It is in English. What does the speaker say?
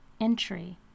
entry